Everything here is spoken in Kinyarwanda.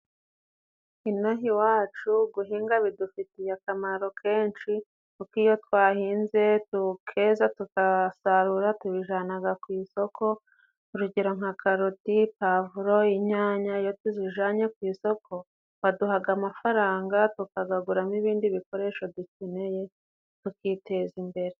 Inaha iwacu guhinga bidufitiye akamaro kenshi kuko iyo twahinze tukeza tugasarura tubijanaga ku isoko urugero : nka karoti ,pavuro ,inyanya iyo tuzijanye ku isoko, baduhaga amafaranga tukagaguramo ibindi bikoresho dukeneye tukiteza imbere.